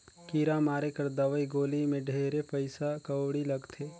कीरा मारे कर दवई गोली मे ढेरे पइसा कउड़ी लगथे